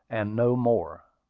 and no more.